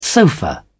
Sofa